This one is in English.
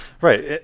Right